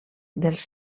dels